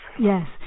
Yes